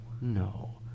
No